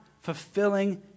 fulfilling